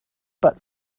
but